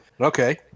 Okay